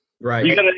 Right